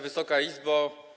Wysoka Izbo!